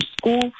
school